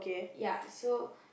ya so